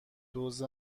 دُز